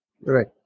Right